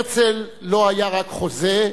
הרצל לא היה רק חוזה.